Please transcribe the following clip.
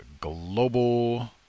global